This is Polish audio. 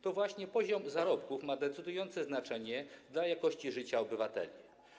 To właśnie poziom zarobków ma decydujące znaczenie dla jakości życia obywateli.